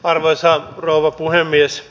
arvoisa rouva puhemies